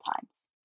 times